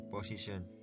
position